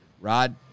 Rod